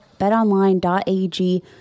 BetOnline.ag